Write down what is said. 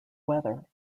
weather